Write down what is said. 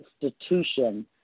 institution